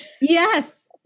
Yes